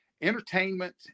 entertainment